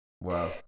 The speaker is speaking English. Wow